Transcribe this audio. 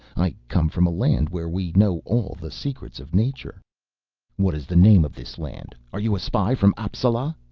i come from a land where we know all the secrets of nature what is the name of this land? are you a spy from appsala?